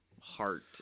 heart